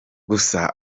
gusa